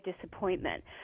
disappointment